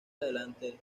adelante